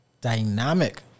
dynamic